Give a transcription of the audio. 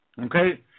okay